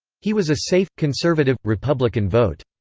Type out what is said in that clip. he was a safe, conservative, republican vote.